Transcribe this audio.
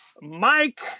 Mike